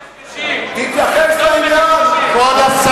אנחנו לא מקשקשים, כבוד השר,